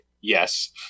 Yes